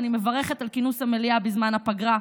שאני מברכת על כינוס המליאה בזמן הפגרה.